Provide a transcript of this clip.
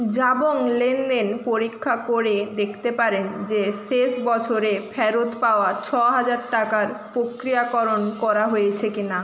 জাবং লেনদেন পরীক্ষা করে দেখতে পারেন যে শেষ বছরে ফেরত পাওয়া ছ হাজার টাকার প্রক্রিয়াকরণ করা হয়েছে কি না